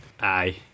Aye